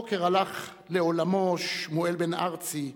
הבוקר הלך לעולמו שמואל בן-ארצי,